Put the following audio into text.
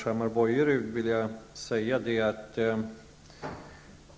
Herr talman!